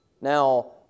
Now